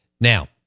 Now